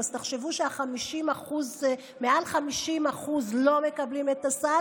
אז תחשבו שיותר מ-50% לא מקבלים את הסל,